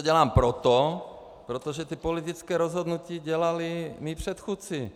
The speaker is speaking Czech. Dělám to proto, protože politická rozhodnutí dělali mí předchůdci.